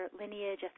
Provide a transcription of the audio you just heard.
lineage